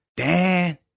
Dan